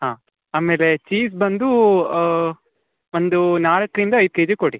ಹಾಂ ಆಮೇಲೆ ಚೀಸ್ ಬಂದೂ ಒಂದೂ ನಾಲಕ್ರಿಂದ ಐದು ಕೆಜಿ ಕೊಡಿ